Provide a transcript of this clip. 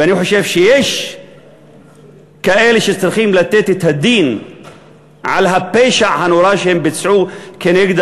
ואני חושב שיש כאלה שצריכים לתת את הדין על הפשע הנורא שהם ביצעו נגד